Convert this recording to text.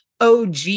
OG